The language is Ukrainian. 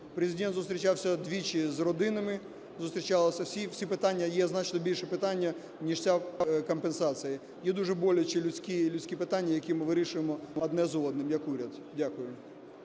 родинами. Зустрічалися всі. Всі питання, є значно більші питання ніж ця компенсація. Є дуже болячі людські питання, які ми вирішуємо одне з одним як уряд. Дякую.